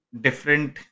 different